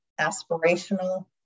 aspirational